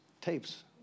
tapes